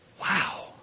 wow